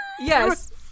Yes